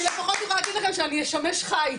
אני לפחות יכולה להגיד לכם שאני אשמש חייץ,